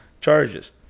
charges